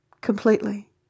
Completely